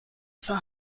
for